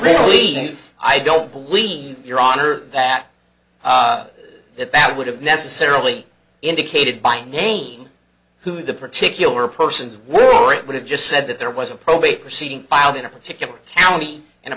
believe i don't believe your honor that that that would have necessarily indicated by name who the particular persons were or it would have just said that there was a probate proceeding filed in a particular county and a